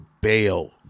bail